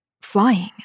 flying